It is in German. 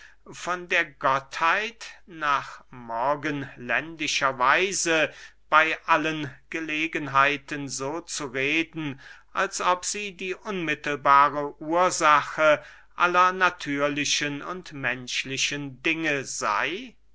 von der gottheit nach morgenländischer weise bey allen gelegenheiten so zu reden als ob sie die unmittelbare ursache aller natürlichen und menschlichen dinge sey